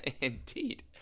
Indeed